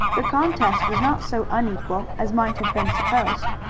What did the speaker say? the contest was not so unequal as might have been supposed.